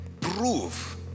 prove